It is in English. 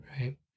right